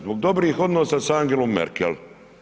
Zbog dobrih odnosa sa Angelom Merkel.